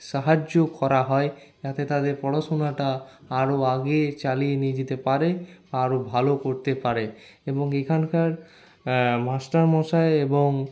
সাহায্য করা হয় যাতে তাদের পড়াশোনাটা আরও আগে চালিয়ে নিয়ে যেতে পারে বা আরও ভালো করতে পারে এবং এখানকার মাস্টারমশাই এবং